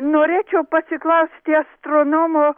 norėčiau pasiklausti astronomo